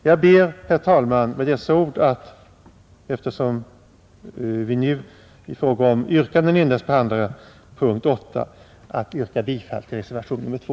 Jag ber, herr talman, med dessa ord, eftersom vi nu endast får ställa yrkanden beträffande punkten 8, att få yrka bifall till reservationen 2.